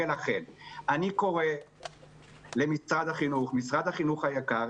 אני קורא למשרד החינוך: משרד החינוך היקר,